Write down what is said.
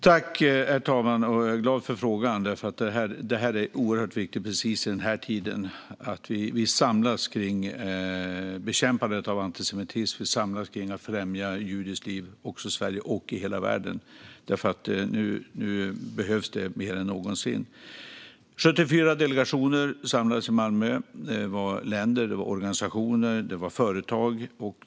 Herr talman! Jag är glad för frågan, för det är oerhört viktigt i just den här tiden att vi samlas kring bekämpandet av antisemitism och kring att främja judiskt liv i Sverige och i hela världen. Det behövs nu mer än någonsin. Det var 74 delegationer som samlades i Malmö. Det var länder, organisationer och företag.